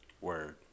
word